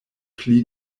pli